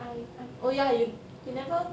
I I oh ya you you never